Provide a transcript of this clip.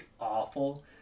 awful